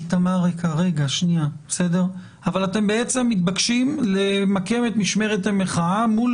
אבל אתם בעצם מתבקשים למקם את משמרת המחאה מול